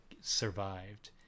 survived